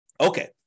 Okay